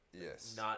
Yes